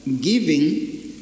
giving